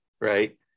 right